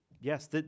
yes